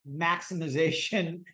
maximization